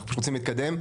אנחנו רוצים להתקדם.